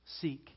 seek